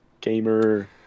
Gamer